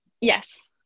Yes